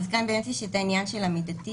כאן באמת יש את העניין של המידתיות.